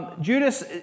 Judas